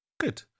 good